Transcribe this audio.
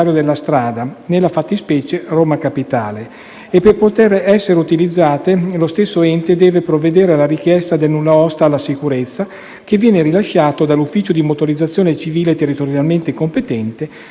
Perché possano essere utilizzate, lo stesso ente deve provvedere alla richiesta del nulla osta alla sicurezza, che viene rilasciato dall'ufficio di motorizzazione civile territorialmente competente, solo all'esito degli interventi di approntamento dell'area.